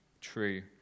true